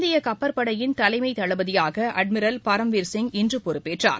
இந்திய கப்பற்படையின் தலைமை தளபதியாக அட்மிரல் பரம்வீர்சிங் இன்று பொறுப்பேற்றார்